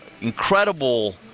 incredible